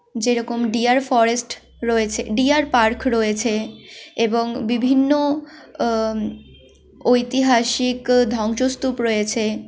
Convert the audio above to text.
যেরকম deer forest রয়েছে deer park রয়েছে এবং বিভিন্ন ঐতিহাসিক ধ্বংসস্তূপ রয়েছে